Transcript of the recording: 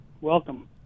Welcome